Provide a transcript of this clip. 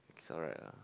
it's alright ah